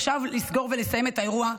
עכשיו לסגור ולסיים את האירוע,